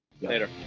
Later